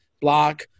block